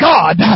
God